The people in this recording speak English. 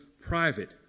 private